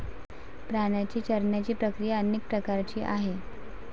प्राण्यांची चरण्याची प्रक्रिया अनेक प्रकारची आहे